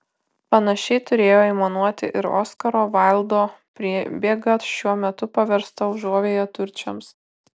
panašiai turėjo aimanuoti ir oskaro vaildo priebėga šiuo metu paversta užuovėja turčiams